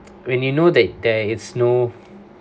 when you know that there is no